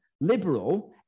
liberal